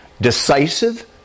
Decisive